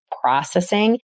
processing